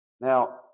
Now